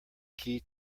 key